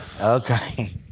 Okay